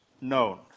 known